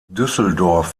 düsseldorf